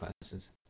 classes